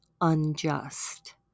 unjust